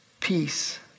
peace